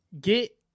Get